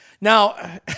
Now